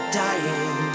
dying